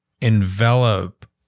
envelop